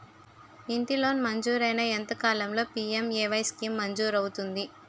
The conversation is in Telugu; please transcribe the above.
ఇంటి లోన్ మంజూరైన ఎంత కాలంలో పి.ఎం.ఎ.వై స్కీమ్ మంజూరు అవుతుంది?